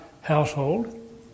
household